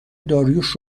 داریوش